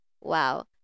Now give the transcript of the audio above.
Wow